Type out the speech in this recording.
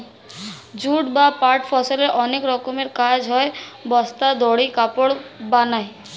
jute বা পাট ফসলের অনেক রকমের কাজ হয়, বস্তা, দড়ি, কাপড় বানায়